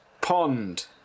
Pond